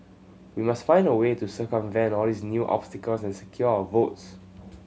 we must find a way to circumvent all these new obstacles and secure our votes